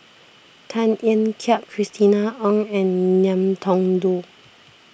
Tan Ean Kiam Christina Ong and Ngiam Tong Dow